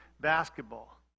basketball